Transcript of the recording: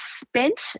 spent